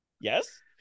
Yes